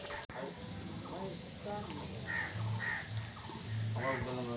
हर एक समयेत वित्तेर क्षेत्रोत वर्तमान मूल्योक महत्वा दियाल जाहा